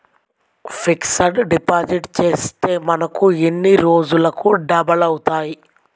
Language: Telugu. ఫిక్సడ్ డిపాజిట్ చేస్తే మనకు ఎన్ని రోజులకు డబల్ అవుతాయి?